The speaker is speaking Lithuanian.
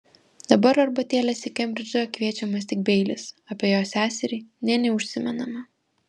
dabar arbatėlės į kembridžą kviečiamas tik beilis apie jo seserį nė neužsimenama